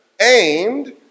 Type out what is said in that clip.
aimed